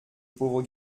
pauvre